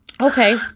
okay